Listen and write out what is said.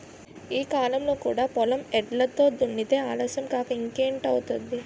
ఈ కాలంలో కూడా పొలం ఎడ్లతో దున్నితే ఆలస్యం కాక ఇంకేటౌద్ది?